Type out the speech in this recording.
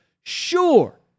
Sure